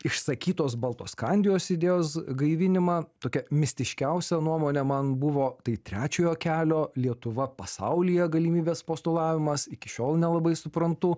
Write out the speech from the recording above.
išsakytos baltoskandijos idėjos gaivinimą tokia mistiškiausia nuomonė man buvo tai trečiojo kelio lietuva pasaulyje galimybės postulavimas iki šiol nelabai suprantu